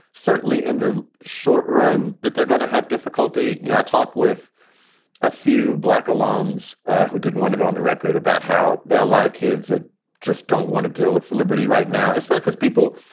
certainly in the short run that they're going to have difficulty. you know i talk with a few black alums who didn't want to go on the record about how there are a lot of kids that just don't want to deal with the liberty right now, i suppose, because people,